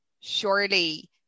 surely